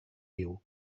viu